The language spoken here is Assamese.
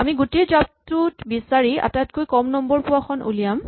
আমি গোটেই জাপটোত বিচাৰি আটাইতকৈ কম নম্বৰ পোৱা খন উলিয়াম